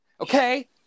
Okay